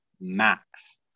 max